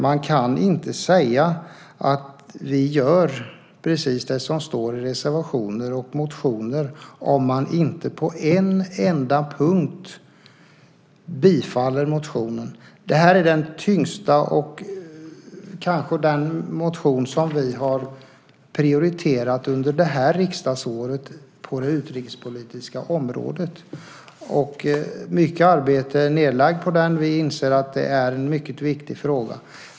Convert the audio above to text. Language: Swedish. Man kan inte säga att man gör precis det som står i reservationer och motioner om man inte på en enda punkt bifaller motioner. Det här är kanske den tyngsta motion som vi har prioriterat under det här riksdagsåret på det utrikespolitiska området. Mycket arbete är nedlagt på den, då vi inser att det är en mycket viktig fråga.